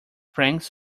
planks